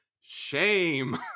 Shame